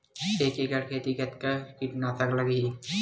एक एकड़ खेती कतका किट नाशक लगही?